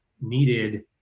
needed